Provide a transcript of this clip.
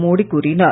மோடி கூறினார்